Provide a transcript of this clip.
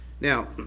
Now